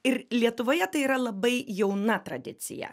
ir lietuvoje tai yra labai jauna tradicija